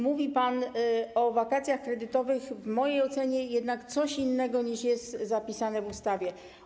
Mówi pan o wakacjach kredytowych, w mojej ocenie jednak coś innego, niż jest zapisane w ustawie.